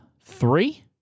three